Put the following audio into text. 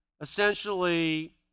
essentially